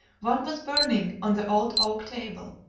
one was burning on the old oak table.